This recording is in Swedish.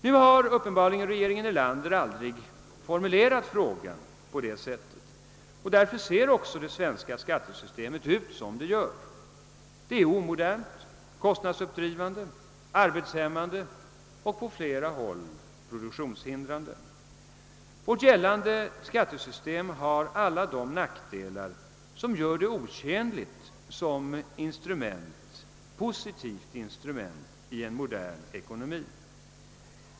Nu har uppenbarligen regeringen Erlander aldrig formulerat frågan på det sättet och därför ser också det svenska skattesystemet ut som det gör. Det är omodernt, kostnadsuppdrivande, arbetshämmande och produktionshindrande. Vårt gällande skattesystem har alla de nackdelar som gör det otjänligt som instrument i en modern ekonomi.